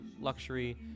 luxury